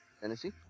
Tennessee